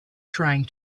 trying